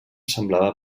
semblava